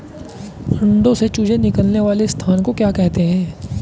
अंडों से चूजे निकलने वाले स्थान को क्या कहते हैं?